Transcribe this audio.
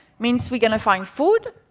means we're going to find food.